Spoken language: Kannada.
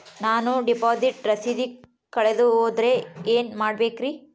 ನಾನು ಡಿಪಾಸಿಟ್ ರಸೇದಿ ಕಳೆದುಹೋದರೆ ಏನು ಮಾಡಬೇಕ್ರಿ?